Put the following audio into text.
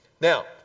Now